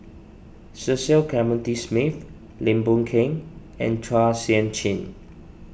Cecil Clementi Smith Lim Boon Keng and Chua Sian Chin